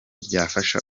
byafasha